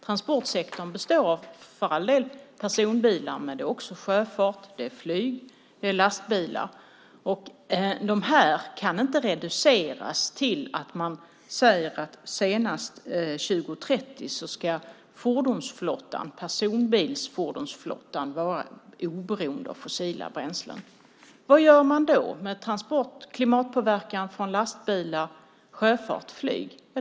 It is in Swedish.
Transportsektorn består av personbilar, men där ingår också sjöfart, flyg och lastbilar. Detta kan inte reduceras till att man säger att senast 2030 ska personbilsfordonsflottan vara oberoende av fossila bränslen. Vad gör man då med klimatpåverkan från lastbilar, sjöfart och flyg?